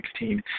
2016